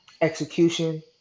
Execution